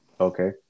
Okay